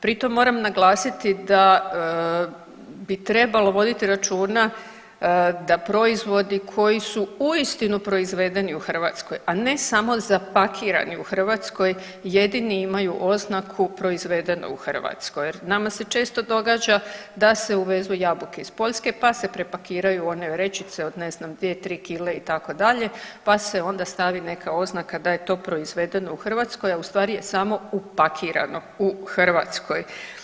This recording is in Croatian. Pri tom moram naglasiti da bi trebalo voditi računa da proizvodi koji su uistinu proizvedeni u Hrvatskoj, a ne samo zapakirani u Hrvatskoj jedini imaju oznaku „proizvedeno u Hrvatskoj“ jer nama se često događa da se uvezu jabuke iz Poljske, pa se prepakiraju u one vrećice od ne znam 2-3 kile itd., pa se onda stavi neka oznaka da je to proizvedeno u Hrvatskoj, a u stvari je samo upakirano u Hrvatskoj.